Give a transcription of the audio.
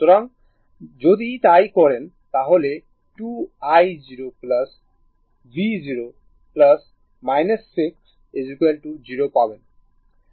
সুতরাং যদি তাই করেন তাহলে 2 i0 v0 6 0 পাবেন